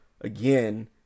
again